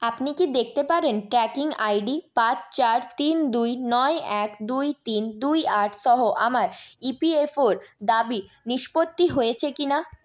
আপনি কি দেখতে পারেন ট্র্যাকিং আইডি পাঁচ চার তিন দুই নয় এক দুই তিন দুই আট সহ আমার ইপিএফও র দাবি নিষ্পত্তি হয়েছে কিনা